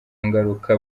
ngaruka